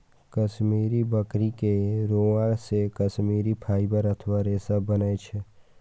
कश्मीरी बकरी के रोआं से कश्मीरी फाइबर अथवा रेशा बनै छै